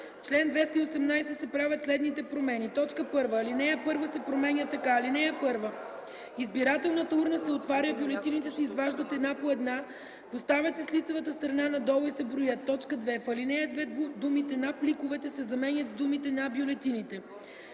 чл. 218 се правят следните промени: „1. Алинея 1 се променя така: „(1) Избирателната урна се отваря, бюлетините се изваждат една по една, поставят се с лицевата страна надолу и се броят”. 2. В ал. 2 думите “на пликовете” се заменят с думите “на бюлетините”.